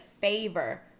favor